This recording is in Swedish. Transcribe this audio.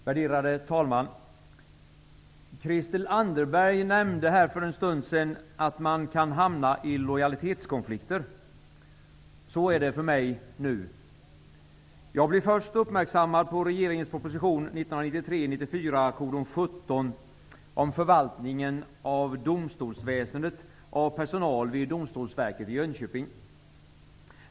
Värderade talman! Christel Anderberg nämnde för en stund sedan att man kan hamna i lojalitetskonflikter. Så är det för mig nu. Jag blev först uppmärksammad på regeringens proposition 1993/94:17 om förvaltningen inom domstolsväsendet av personal vid Domstolsverket i Jönköping.